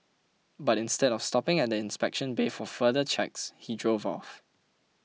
but instead of stopping at the inspection bay for further checks he drove off